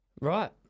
Right